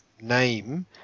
name